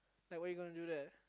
like what you're gonna do there